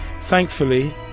Thankfully